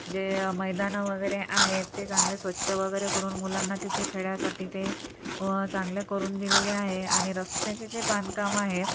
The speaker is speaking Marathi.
जे मैदानं वगैरे आहेत ते चांगलं स्वच्छ वगैरे करून मुलांना तिथे खेळायसाठी ते व चांगले करून दिलेले आहे आणि रस्त्याचे जे बांधकाम आहेत